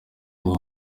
ubu